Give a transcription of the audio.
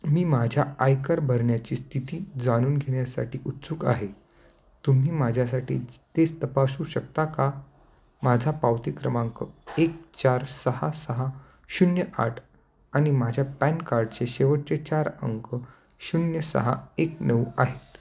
मी माझ्या आयकर भरण्याची स्थिती जाणून घेण्यासाठी उत्सुक आहे तुम्ही माझ्यासाठी ते तपासू शकता का माझा पावती क्रमांक एक चार सहा सहा शून्य आठ आणि माझ्या पॅन कार्डचे शेवटचे चार अंक शून्य सहा एक नऊ आहेत